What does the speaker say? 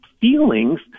feelings